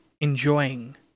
enjoying